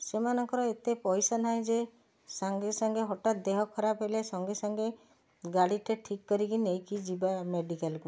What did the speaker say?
ସେମାନଙ୍କର ଏତେ ପଇସା ନାହିଁ ଯେ ସାଙ୍ଗେ ସାଙ୍ଗେ ହଟାତ୍ ଦେହ ଖରାପ ହେଲେ ସଙ୍ଗେ ସଙ୍ଗେ ଗାଡ଼ିଟେ ଠିକ୍ କରିକି ନେଇକି ଯିବା ମେଡ଼ିକାଲ୍କୁ